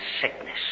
sickness